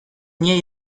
nie